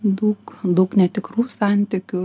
daug daug netikrų santykių